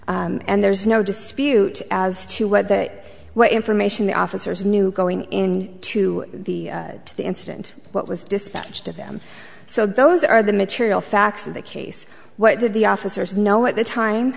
and there's no dispute as to what that what information the officers knew going in to the to the incident what was dispatched of them so those are the material facts of the case what did the officers know at the time